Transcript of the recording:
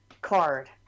card